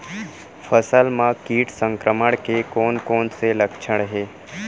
फसल म किट संक्रमण के कोन कोन से लक्षण हे?